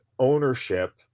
ownership